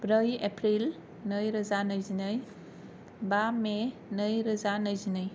ब्रै एप्रिल नै रोजा नैजिनै बा मे नै रोजा नैजिनै